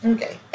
Okay